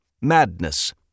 Madness